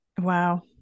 Wow